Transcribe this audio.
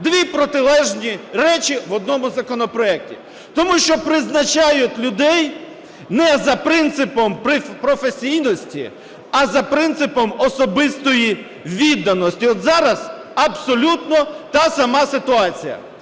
дві протилежні речі в одному законопроекті. Тому що призначають людей не за принципом професійності, а за принципом особистої відданості. От зараз абсолютно та сама ситуація.